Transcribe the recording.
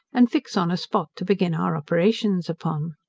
and fix on a spot to begin our operations upon.